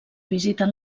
visiten